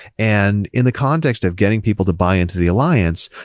and in the context of getting people to buy into the alliance,